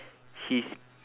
he's